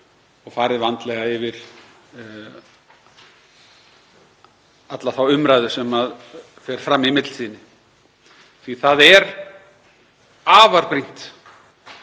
og farið vandlega yfir alla þá umræðu sem fer fram í millitíðinni því að það er afar brýnt